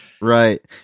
right